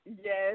Yes